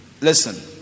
Listen